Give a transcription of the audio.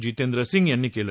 जितेंद्र सिंह यांनी केलं